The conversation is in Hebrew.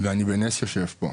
ואני בנס יושב פה.